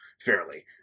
fairly